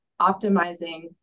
optimizing